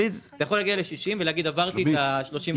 אתה יכול להגיע ל-60 ולהגיד: עברתי את ה-30%.